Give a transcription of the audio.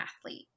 athlete